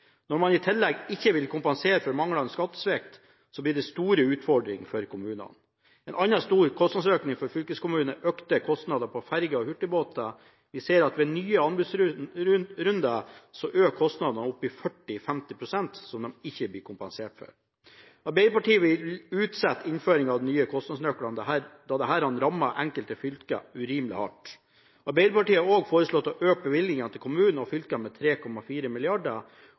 Når man i tillegg ikke vil kompensere for manglende skattesvikt, blir det store utfordringer for kommunene. En annen stor kostnadsøkning for fylkeskommunene er økte kostnader til ferge og hurtigbåter. Vi ser at ved nye anbudsrunder øker kostnadene opp til 40–50 pst., som de ikke blir kompensert for. Arbeiderpartiet vil utsette innføringen av de nye kostnadsnøklene, da disse rammer enkelte fylker urimelig hardt. Arbeiderpartiet har også foreslått å øke bevilgningene til kommuner og fylker med 3,4